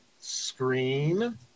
screen